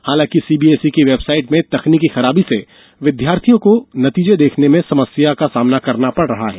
हालांकि सीबीएसई की वेबसाइट में तकनीकी खराबीं से विद्यार्थियों को नतीजे देखने में समस्या का सामना करना पड़ रहा है